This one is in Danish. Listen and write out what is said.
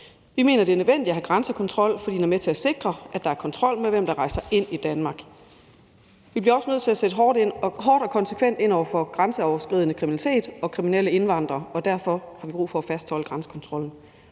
Vi mener, det er nødvendigt at have grænsekontrol, fordi den er med til at sikre, at der er kontrol med, hvem der rejser ind Danmark. Vi bliver også nødt til at sætte hårdt og konsekvent ind over for grænseoverskridende kriminalitet og kriminelle indvandrere, og derfor har vi brug for at fastholde grænsekontrollen.